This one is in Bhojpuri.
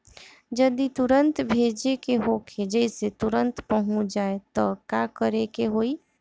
जदि तुरन्त भेजे के होखे जैसे तुरंत पहुँच जाए त का करे के होई?